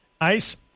Ice